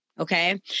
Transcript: Okay